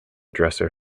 dresser